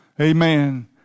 Amen